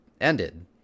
ended